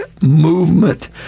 movement